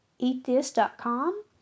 eatthis.com